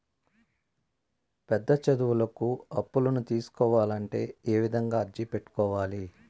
పెద్ద చదువులకు అప్పులను తీసుకోవాలంటే ఏ విధంగా అర్జీ పెట్టుకోవాలి?